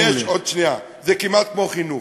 בעצם יש, עוד שנייה, זה כמעט כמו חינוך,